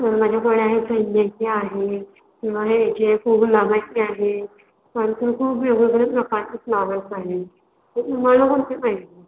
माझ्याकडे आहेत आहे किंवा हे गुलाबाचे आहेत नंतर खूप वेगवेगळ्या प्रकारचे फ्लॉवर्स आहेत तर तुम्हाला कोणते पाहिजे